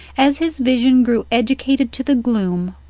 as his vision grew educated to the gloom,